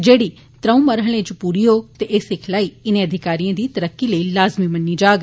जेड्ड़ी त्र'ऊं मरहलें च पूरी होग ते एह् सिखलाई इनें अधिकारियें दी तरक्की लेई लाज़मी मन्नी जाग